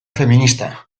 feminista